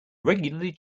regularly